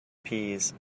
peas